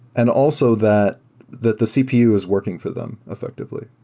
and also that that the cpu is working for them effectively.